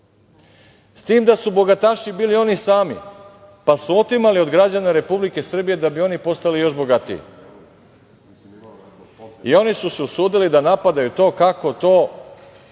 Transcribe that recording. S tim da su bogataši bili oni sami, pa su otimali od građana Republike Srbije da bi oni postali još bogatiji. Oni su se usudili da napadaju to kako to